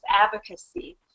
advocacy